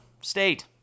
State